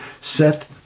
set